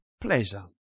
pleasure